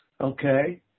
Okay